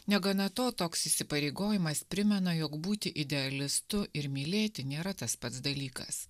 negana to toks įsipareigojimas primena jog būti idealistu ir mylėti nėra tas pats dalykas